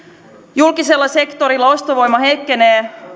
julkisella sektorilla ostovoima heikkenee